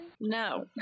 No